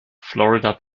florida